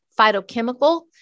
phytochemical